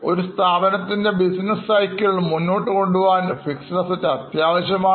ഒരു സ്ഥാപനത്തിൻറെ business cycle മുന്നോട്ടു കൊണ്ടുപോവാൻ Fixed Assets അത്യാവശ്യമാണ്